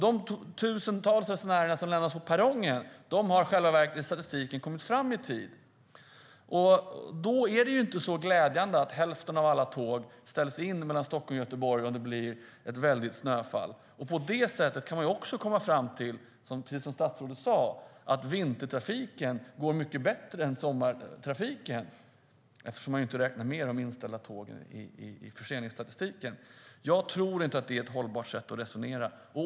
De tusentals resenärer som lämnas på perrongen har i själva verket i statistiken kommit fram i tid. Då är det inte så glädjande att hälften av alla tåg mellan Stockholm och Göteborg ställs in om det bli ett väldigt snöfall. På det sättet kan man också komma fram till, precis som statsrådet sade, att vintertrafiken går mycket bättre än sommartrafiken - eftersom man inte räknar med de inställda tågen i förseningsstatistiken. Jag tycker inte att det är ett hållbart sätt att resonera.